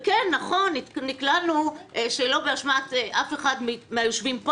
וכן, נכון, נקלענו שלא באשמת אף אחד מהיושבים פה